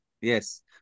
Yes